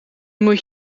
moet